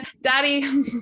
Daddy